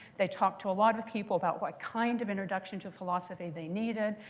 they talked to a lot of people about what kind of introduction to philosophy they needed.